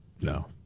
No